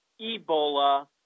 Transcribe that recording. Ebola